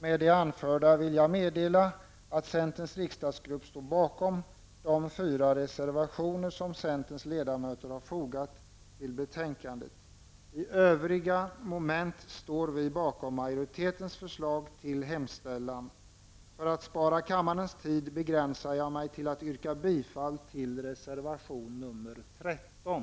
Med det anförda vill jag meddela att centerns riksdagsgrupp står bakom de fyra reservationer som centerns ledamöter har fogat till betänkandet. I övriga moment står vi bakom majoritetens förslag till hemställan. För att spara kammarens tid begränsar jag mig till att yrka bifall till reservation nr 13.